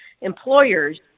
employers